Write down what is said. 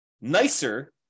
nicer